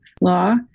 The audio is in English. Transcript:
law